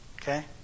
Okay